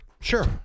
Sure